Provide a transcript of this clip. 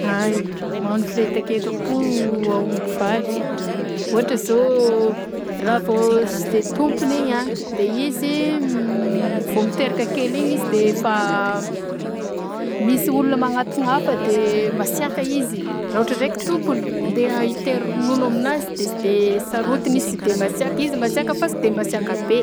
Hay magnano firetek- fireteketam-po aomby vavy ôhatra zao raha vao sy de tompogny igny a de izy miteraka kely igny izy de efa misy olona magnantona hafa de masiàka izy raha ohatra ndray ka tompony andeha itery ronono amnazy de sy de sarotiny izy sy de masiaka izy masiaka fa tsy masiaka be.